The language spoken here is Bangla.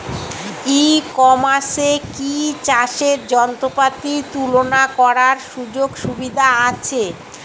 ই কমার্সে কি চাষের যন্ত্রপাতি তুলনা করার সুযোগ সুবিধা আছে?